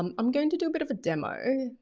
um i'm going to do a bit of a demo.